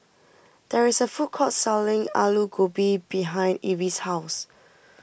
there is a food court selling Alu Gobi behind Evie's house